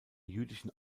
jüdischen